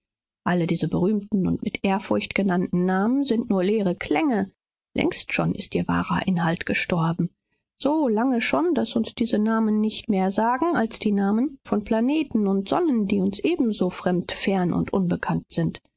alle diese berühmten und mit ehrfurcht genannten namen sind nur leere klänge längst schon ist ihr wahrer inhalt gestorben so lange schon daß uns diese namen nicht mehr sagen als die namen von planeten und sonnen die uns ebenso fremd fern und unbekannt sind